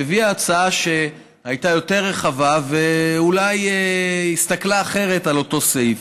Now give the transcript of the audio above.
והביאה הצעה שהייתה יותר רחבה ואולי הסתכלה אחרת על אותו סעיף.